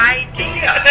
idea